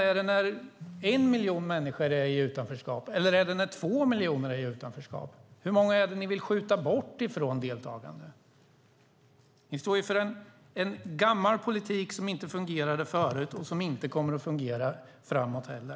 Är det när en miljon människor är i utanförskap eller när två miljoner är i utanförskap? Hur många är det ni vill skjuta bort från deltagande? Ni står för en gammal politik som inte fungerade förut och som inte kommer att fungera framåt heller.